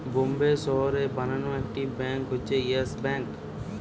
বোম্বের শহরে বানানো একটি ব্যাঙ্ক হচ্ছে ইয়েস ব্যাঙ্ক